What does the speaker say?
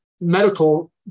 medical